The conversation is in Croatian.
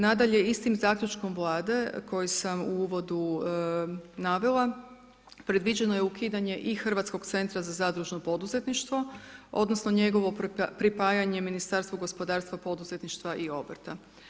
Nadalje, istim zaključkom Vlade, koji sam u uvodu navela, predviđeno je ukidanje i Hrvatskog centra za zadružno poduzetništvo odnosno njegovo pripajanje Ministarstvu gospodarstva, poduzetništva i obrta.